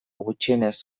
gutxienez